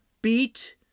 beat